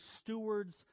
stewards